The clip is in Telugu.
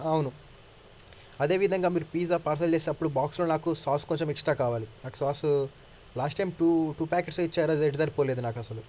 అవును అదేవిధంగా మీరు పీజా పార్సెల్ చేసేటప్పుడు బాక్స్లో నాకు సాస్ కొంచెం ఎక్స్ట్రా కావాలి నాకు sauce last time two two ప్యాకెట్సే ఇచ్చారు అది ఎటు సరిపోలేదు నాకు అసలు